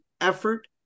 effort